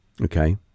okay